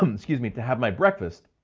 um excuse me, to have my breakfast,